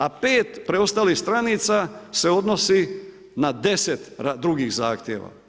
A 5 preostalih str. se odnosi na 10 drugih zahtjeva.